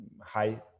high